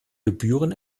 gebühren